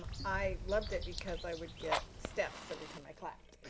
i loved it because i would get steps every time i clapped.